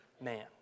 man